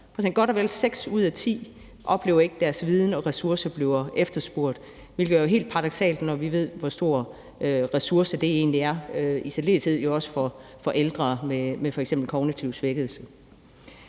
ud af ti oplever ikke, at deres viden og ressourcer bliver efterspurgt, hvilket jo er helt paradoksalt, når vi ved, hvor stor en ressource det egentlig er, i særdeleshed jo også for ældre med f.eks. kognitiv svækkelse.